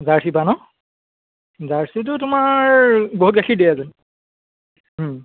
জাৰ্চিৰপৰা ন জাৰ্চিটো তোমাৰ বহুত গাখীৰ দিয়ে এজনী